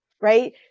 right